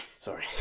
Sorry